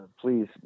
Please